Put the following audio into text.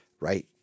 right